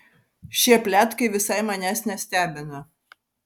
šie pletkai visai manęs nestebina